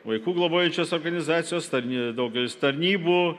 vaikų globojančios organizacijos tarn daugelis tarnybų